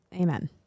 Amen